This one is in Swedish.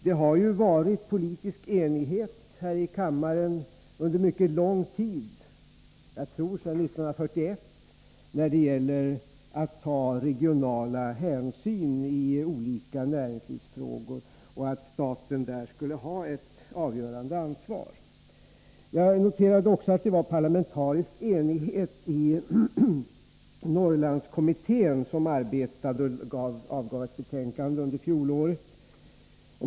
Det har ju rått politisk enighet här i kammaren under mycket lång tid — jag tror sedan 1941 — när det gäller att ta regionala hänsyn i olika näringslivsfrågor och att staten där skall ha ett avgörande ansvar. Jag noterade också att det rådde parlamentarisk enighet i Norrlandskommittén, som avgav ett betänkande under fjolåret.